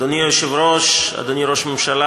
אדוני היושב-ראש, אדוני ראש הממשלה,